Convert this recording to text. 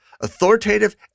authoritative